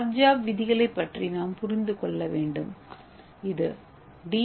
சார்ஜாஃப் விதிகளைப் பற்றி நாம் புரிந்து கொள்ள வேண்டும் இது டி